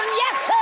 yes